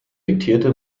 diktierte